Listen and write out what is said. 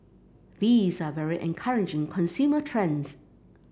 these are very encouraging consumer trends